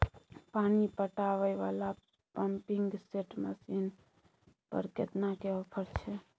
पानी पटावय वाला पंपिंग सेट मसीन पर केतना के ऑफर छैय?